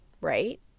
right